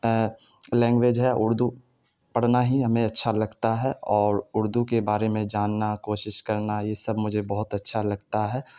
language ہے اردو پڑھنا ہی ہمیں اچھا لگتا ہے اور اردو کے بارے میں جاننا کوشش کرنا یہ سب مجھے بہت اچھا لگتا ہے